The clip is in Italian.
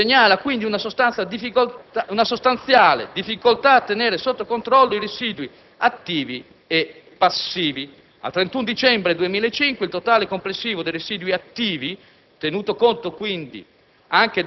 Si segnala quindi una sostanziale difficoltà a tenere sotto controllo i residui attivi e passivi. Al 31 dicembre 2005 il totale complessivo dei residui attivi (tenuto conto quindi